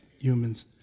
humans